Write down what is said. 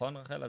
נכון רחלה?